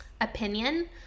opinion